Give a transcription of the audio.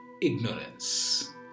ignorance –